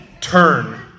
turn